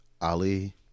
Ali